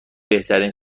بهترین